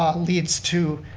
um leads to.